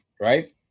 Right